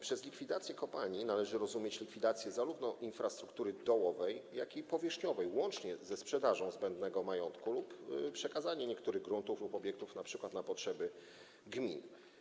Przez likwidację kopalni należy rozumieć likwidację infrastruktury zarówno dołowej, jak i powierzchniowej, łącznie ze sprzedażą zbędnego majątku, lub przekazanie niektórych gruntów lub obiektów np. na potrzeby gmin.